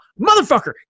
motherfucker